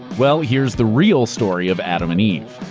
well, here's the real story of adam and eve.